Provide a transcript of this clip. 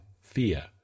fear